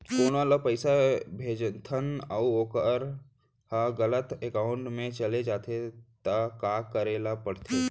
कोनो ला पइसा भेजथन अऊ वोकर ह गलत एकाउंट में चले जथे त का करे ला पड़थे?